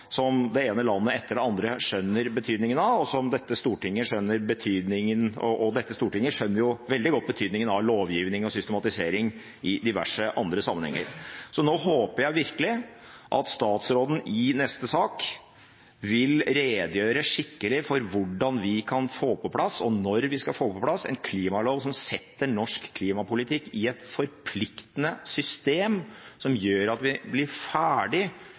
som det ene landet etter det andre skjønner betydningen av. Dette stortinget skjønner jo veldig godt betydningen av lovgivning og systematisering i diverse andre sammenhenger, så nå håper jeg virkelig at statsråden i neste sak vil redegjøre skikkelig for hvordan, og når, vi kan få på plass en klimalov som setter norsk klimapolitikk i et forpliktende system som gjør at vi blir ferdig